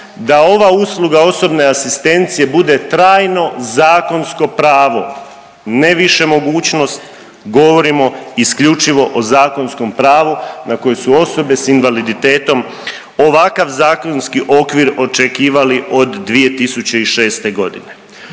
da ova usluga osobne asistencije bude trajno zakonsko pravo, ne više mogućnost, govorimo isključivo o zakonskom pravom na koje su osobe s invaliditetom ovakav zakonski okvir očekivali od 2006.g..